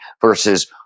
versus